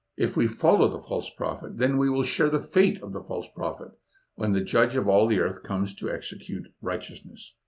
if we follow the false prophet, then we will share the fate of the false prophet when the judge of all the earth comes to execute righteousness.